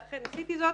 ואכן עשיתי זאת.